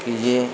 कि यह